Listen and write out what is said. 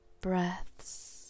breaths